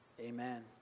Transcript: Amen